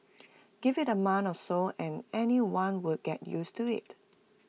give IT A month or so and anyone will get used to IT